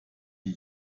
die